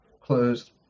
closed